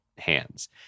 hands